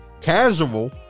casual